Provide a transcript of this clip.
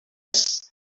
this